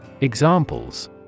Examples